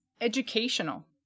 educational